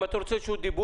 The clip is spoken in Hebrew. אם אתה רוצה רשות דיבור,